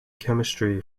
chemistry